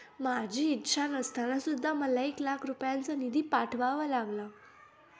माझी इच्छा नसताना सुद्धा मला एक लाख रुपयांचा निधी पाठवावा लागला